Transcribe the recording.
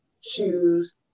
shoes